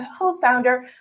co-founder